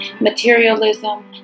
materialism